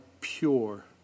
pure